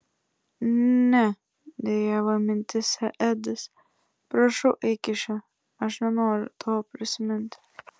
ne dejavo mintyse edis prašau eik iš čia aš nenoriu to prisiminti